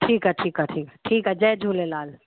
ठीकु आहे ठीकु आहे ठीकु ठीकु आहे जय झूलेलाल